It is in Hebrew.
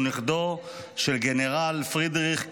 הוא נכדו של בריגדיר גנרל פרידריך קיש,